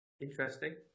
Interesting